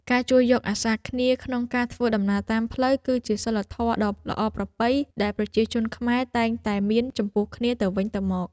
ការជួយយកអាសារគ្នាក្នុងការធ្វើដំណើរតាមផ្លូវគឺជាសីលធម៌ដ៏ល្អប្រពៃដែលប្រជាជនខ្មែរតែងតែមានចំពោះគ្នាទៅវិញទៅមក។